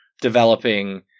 developing